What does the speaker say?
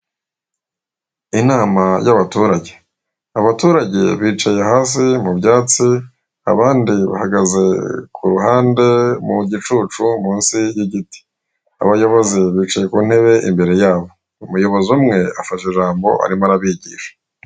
Inama y'abaturage. Abaturage bicaye hasi mu byatsi, abandi bahagaze ku ruhande mu gicucu, munsi y'igiti. Abayobozi bicaye ku ntebe imbere yabo. Umuyobozi umwe afashe ijambo arimo arabigisha.